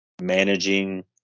managing